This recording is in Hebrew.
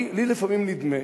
לי לפעמים נדמה,